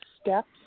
steps